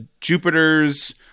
Jupiter's